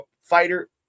fighter